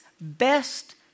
best